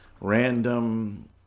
random